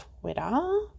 Twitter